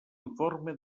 informe